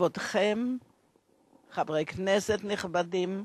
חברי הכנסת הנכבדים,